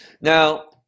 Now